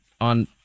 on